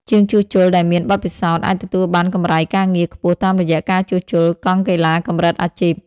ជាងជួសជុលដែលមានបទពិសោធន៍អាចទទួលបានកម្រៃការងារខ្ពស់តាមរយៈការជួសជុលកង់កីឡាកម្រិតអាជីព។